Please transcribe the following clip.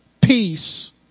peace